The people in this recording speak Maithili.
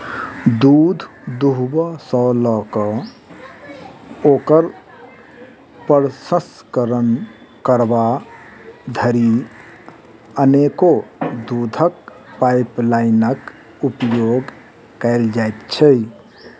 दूध दूहबा सॅ ल क ओकर प्रसंस्करण करबा धरि अनेको दूधक पाइपलाइनक उपयोग कयल जाइत छै